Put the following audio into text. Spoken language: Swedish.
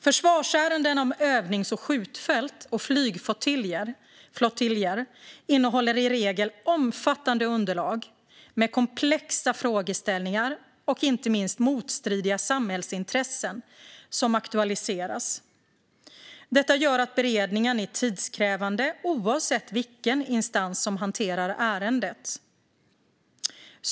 Försvarsärenden om övnings och skjutfält och flygflottiljer innehåller i regel omfattande underlag med komplexa frågeställningar och inte minst motstridiga samhällsintressen som aktualiseras. Detta gör beredningen tidskrävande oavsett vilken instans som hanterar ärendet.